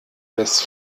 des